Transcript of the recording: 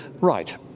Right